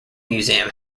museum